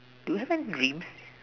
do you have any dreams